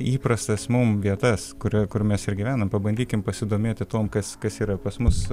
įprastas mum vietas kurioj kur mes ir gyvenam pabandykim pasidomėti tuom kas kas yra pas mus